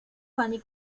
fanny